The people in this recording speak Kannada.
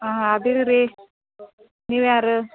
ಹಾಂ ಅದೀವಿ ರೀ ನೀವು ಯಾರು